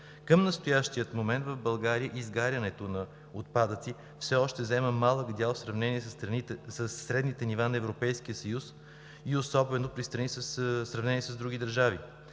Към настоящия момент в България изгарянето на отпадъци все още заема малък дял в сравнение със средните нива за Европейския съюз и особено при сравнение с други държави.